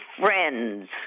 friends